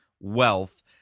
wealth